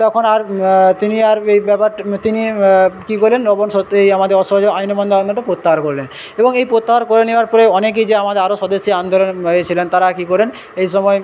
তখন আর তিনি আর এই ব্যাপারটা তিনি কী করেন লবণ সত্যাগ্রহী এই আমাদের অসহযোগ আইন অমান্য আন্দোলন প্রত্যাহার করলেন এবং এই প্রত্যাহার করে নেওয়ার পরে অনেকে যে আমাদের আরও স্বদেশী আন্দোলন এ ছিলেন তারা কী করেন এই সময়